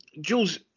jules